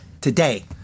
today